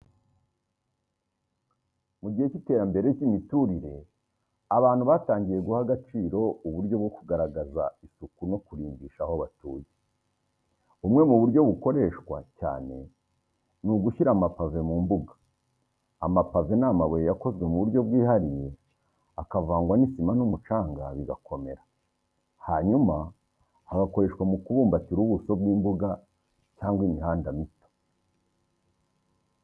Mu gihe cy’iterambere ry’imiturire, abantu batangiye guha agaciro uburyo bwo kugaragaza isuku no kurimbisha aho batuye. Bumwe mu buryo bukoreshwa cyane ni ugushyira amapave mu mbuga. Amapave ni amabuye yakozwe mu buryo bwihariye, akavangwa n’isima n’umucanga bigakomerera, hanyuma agakoreshwa mu kubumbatira ubuso bw’imbuga cyangwa imihanda mito.